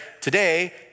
today